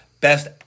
best